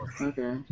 Okay